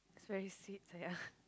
is very sweet ya